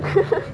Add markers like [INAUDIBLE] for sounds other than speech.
[LAUGHS]